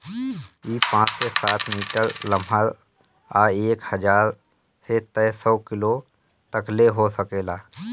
इ पाँच से सात मीटर लमहर आ एक हजार से तेरे सौ किलो तकले हो सकेला